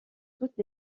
toutes